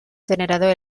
generador